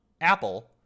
Apple